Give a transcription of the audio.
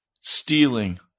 stealing